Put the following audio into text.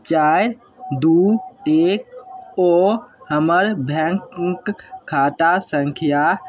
चारि दुइ एक ओ हमर बैँक खाता सँख्या